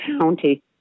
County